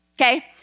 okay